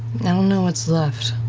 don't know what's left,